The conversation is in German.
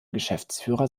geschäftsführer